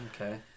Okay